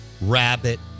Rabbit